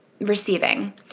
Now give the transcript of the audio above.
receiving